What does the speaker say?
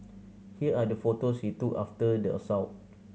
here are the photos he took after the assault